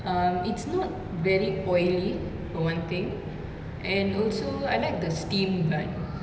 um it's not very oily for one thing and also I like the steam bun